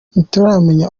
ntituramenya